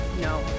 No